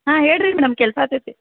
ಹಾಂ ಹೇಳ್ರೀ ಮೇಡಮ್ ಕೆಲಸ ಆತೈತೆ